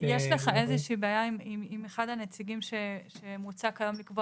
יש לך איזושהי בעיה עם אחד הנציגים שמוצע כיום לקבוע